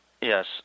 Yes